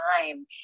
time